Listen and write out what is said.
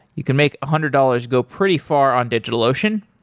you can make a hundred dollars go pretty far on digitalocean.